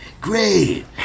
great